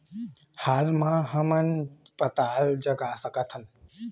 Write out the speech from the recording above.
हाल मा हमन पताल जगा सकतहन?